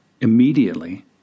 immediately